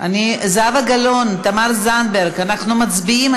זהבה גלאון, תמר זנדברג, אנחנו מצביעים?